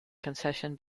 concession